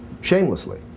shamelessly